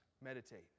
Meditate